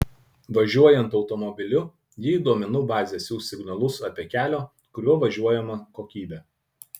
važiuojant automobiliu ji į duomenų bazę siųs signalus apie kelio kuriuo važiuojama kokybę